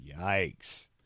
yikes